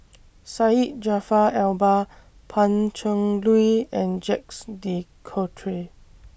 Syed Jaafar Albar Pan Cheng Lui and Jacques De Coutre